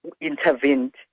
intervened